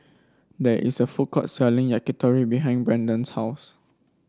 there is a food court selling Yakitori behind Brandon's house